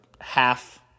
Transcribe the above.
half